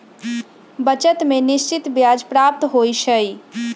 बचत में निश्चित ब्याज प्राप्त होइ छइ